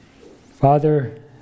Father